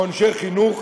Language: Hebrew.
או אנשי חינוך,